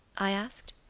i asked.